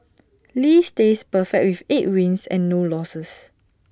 lee stays perfect with eight wins and no losses